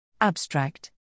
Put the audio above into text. Abstract